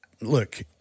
Look